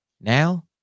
now